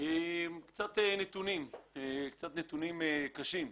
קצת נתונים, קצת נתונים קשים.